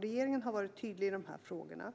Regeringen har varit tydlig i de här frågorna.